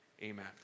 Amen